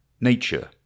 Nature